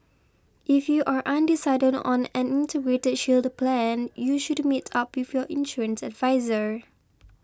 if you are undecided on an Integrated Shield Plan you should meet up with your insurance adviser